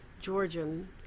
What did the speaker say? Georgian